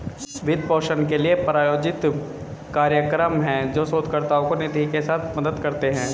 वित्त पोषण के लिए, प्रायोजित कार्यक्रम हैं, जो शोधकर्ताओं को निधि के साथ मदद करते हैं